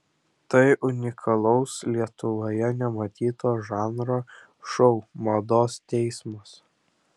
tai unikalus lietuvoje nematyto žanro šou mados teismas